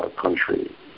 country